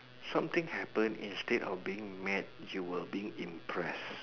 something happen instead of being mad you'll being impressed